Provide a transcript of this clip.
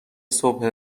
صبح